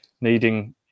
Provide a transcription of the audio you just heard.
needing